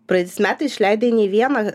praeitais metais išleidai nei vieną